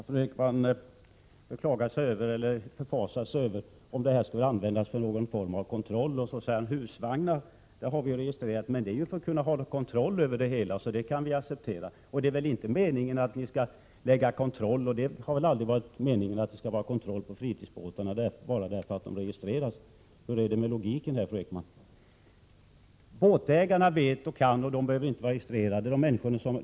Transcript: Fru talman! Kerstin Ekman förfasar sig över användningen av ett båtregister. Kanske skall det användas för någon form av kontroll. Hon säger: Husvagnar är registrerade. Men det beror på att det skall finnas någon form av kontroll, så det kan vi acceptera. Vidare säger hon: Det har väl aldrig varit meningen att ha kontroll över fritidsbåtarna bara därför att de registreras. Men då måste jag fråga: Hur är det med logiken i detta sammanhang, fru Ekman? Vidare sägs det att båtägarna vet och kan så mycket att de inte behöver registrera sina båtar.